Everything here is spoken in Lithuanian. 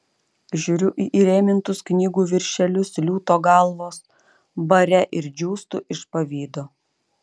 žiūriu į įrėmintus knygų viršelius liūto galvos bare ir džiūstu iš pavydo